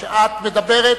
שאת מדברת,